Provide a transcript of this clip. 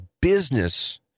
business